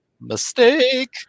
mistake